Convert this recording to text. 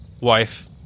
wife